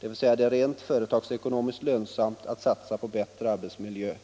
dvs. det är rent företagsekonomiskt lönsamt att satsa på en bättre arbetsmiljö.